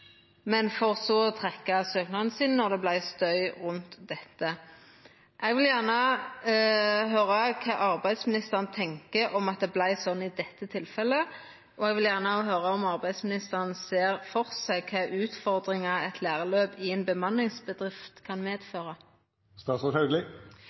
for så å trekkja søknaden då det vart støy rundt dette. Eg vil gjerne høyra kva arbeidsministeren tenkjer om at det vart slik i dette tilfellet, og om arbeidsministeren ser for seg kva utfordringar eit læreløp i ein bemanningsbedrift kan